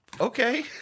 Okay